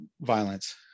Violence